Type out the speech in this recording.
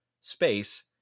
space